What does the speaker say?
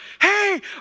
Hey